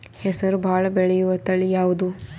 ಹೆಸರು ಭಾಳ ಬೆಳೆಯುವತಳಿ ಯಾವದು?